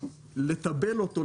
לתבל אותו,